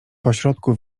pośrodku